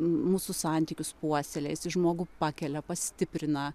mūsų santykius puoselėja jisai žmogų pakelia pastiprina